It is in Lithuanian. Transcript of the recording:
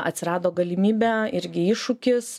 atsirado galimybė irgi iššūkis